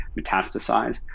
metastasize